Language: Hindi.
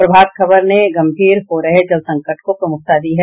प्रभात खबर ने गंभीर हो रहे जल संकट को प्रमुखता दी है